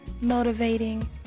motivating